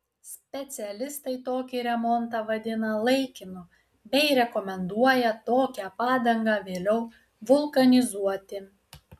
specialistai tokį remontą vadina laikinu bei rekomenduoja tokią padangą vėliau vulkanizuoti